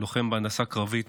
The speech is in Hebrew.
לוחם בהנדסה קרבית,